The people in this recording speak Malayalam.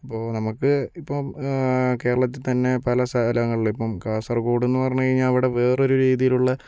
അപ്പോൾ നമ്മുക്ക് ഇപ്പോൾ കേരളത്തിൽ തന്നെ പല സ്ഥലങ്ങളില് ഇപ്പം കാസർക്കോടെന്ന് പറഞ്ഞ് കഴിഞ്ഞാൽ അവിടെ വേറെരു രീതിയിലുള്ള